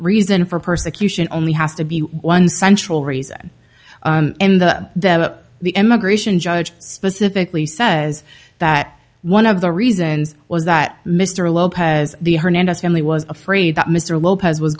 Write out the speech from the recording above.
reason for persecution only has to be one central reason in the the immigration judge specifically says that one of the reasons was that mr lopez the hernandez family was afraid that mr lopez w